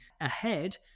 ahead